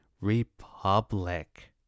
Republic